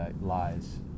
lies